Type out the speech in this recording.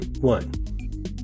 one